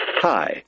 Hi